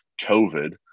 COVID